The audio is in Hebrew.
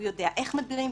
הוא יודע איך מדבירים,